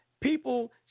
people